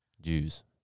Jews